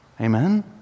Amen